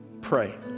pray